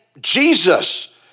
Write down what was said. Jesus